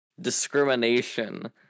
discrimination